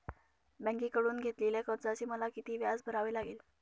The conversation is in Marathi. बँकेकडून घेतलेल्या कर्जाचे मला किती व्याज भरावे लागेल?